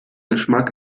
geschmack